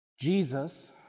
Jesus